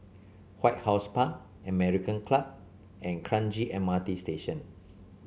White House Park American Club and Kranji M R T Station